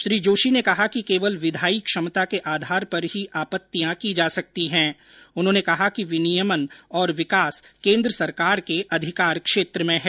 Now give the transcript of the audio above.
श्री जोशी ने कहा कि केवल विधायी क्षमता के आधार पर ही आपत्तियां की जा सकती हैं उन्होंने कहा कि विनियमन और विकास केन्द्र सरकार के अधिकार क्षेत्र में है